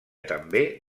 també